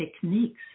techniques